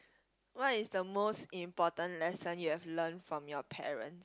what is the most important lesson you have learnt from your parents